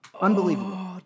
Unbelievable